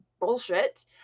bullshit